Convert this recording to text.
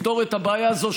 לפתור את הבעיה הזאת,